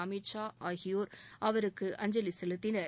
அமித்ஷா ஆகியோர் அவருக்கு அஞ்சலி செலுத்தினர்